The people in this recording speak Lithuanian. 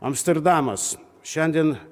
amsterdamas šiandien